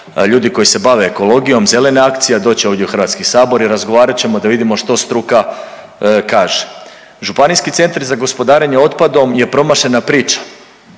ljudi koji se bave ekologijom zelena akcija doće ovdje u HS i razgovarat ćemo da vidimo što struka kaže. Županijski centri za gospodarenje otpadom je promašena priča